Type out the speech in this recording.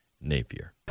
Napier